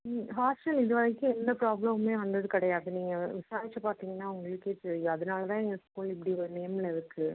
ம் ஹாஸ்ட்டல் இது வரைக்கும் எந்த ப்ராப்லமுமே வந்தது கிடையாது நீங்கள் விசாரிச்சு பார்த்தீங்கன்னா உங்களுக்கே தெரியும் அதனால் தான் எங்கள் ஸ்கூல் இப்படி ஒரு நேம்ல இருக்கு